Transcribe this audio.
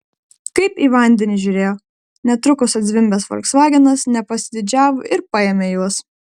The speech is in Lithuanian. kaip į vandenį žiūrėjo netrukus atzvimbęs folksvagenas nepasididžiavo ir paėmė juos